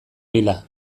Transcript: lila